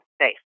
safe